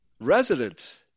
resident